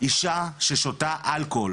אישה ששותה אלכוהול